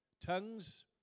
Tongues